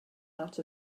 out